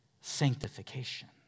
sanctification